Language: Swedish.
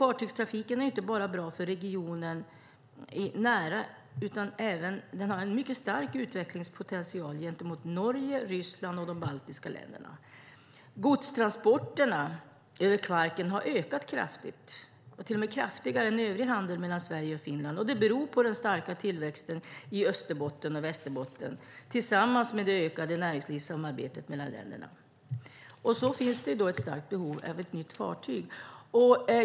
Fartygstrafiken är inte bara bra för närregionen, utan den har en mycket stark utvecklingspotential gentemot Norge, Ryssland och de baltiska länderna. Godstransporterna över Kvarken har ökat kraftigt, till och med kraftigare än övrig handel mellan Sverige och Finland, och det beror på den starka tillväxten i Österbotten och Västerbotten tillsammans med det ökade näringslivssamarbetet mellan länderna. Det finns ett starkt behov av ett nytt fartyg.